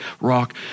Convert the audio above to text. rock